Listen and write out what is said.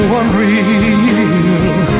unreal